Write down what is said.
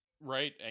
right